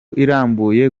irambuye